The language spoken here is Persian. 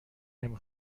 نمی